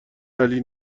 علی